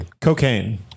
Cocaine